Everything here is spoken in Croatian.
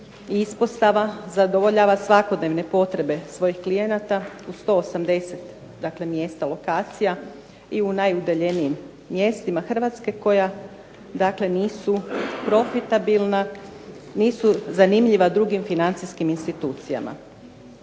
ispostava zadovoljava svakodnevne potrebe svojih klijenata u 180, dakle mjesta, lokacija i u najudaljenijim mjestima Hrvatske koja dakle nisu profitabilna, nisu zanimljiva drugih financijskim institucijama.